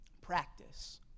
practice